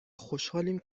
خوشحالیم